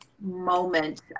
moment